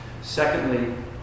Secondly